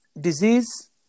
Disease